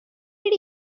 did